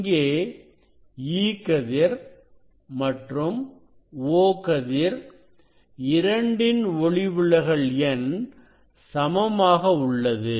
இங்கே E கதிர் மற்றும் O கதிர் இரண்டின் ஒளிவிலகல் எண் சமமாக உள்ளது